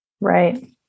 right